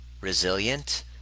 resilient